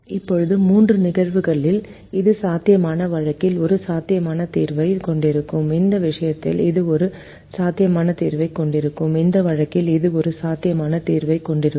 இப்போது மூன்று நிகழ்வுகளில் இது சாத்தியமான வழக்கில் ஒரு சாத்தியமான தீர்வைக் கொண்டிருக்கும் இந்த விஷயத்தில் இது ஒரு சாத்தியமான தீர்வைக் கொண்டிருக்கும் இந்த வழக்கில் இது ஒரு சாத்தியமான தீர்வையும் கொண்டிருக்கும்